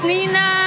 Nina